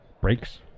brakes